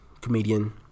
comedian